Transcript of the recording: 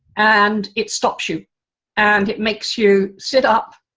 and it stops you and it makes you sit up,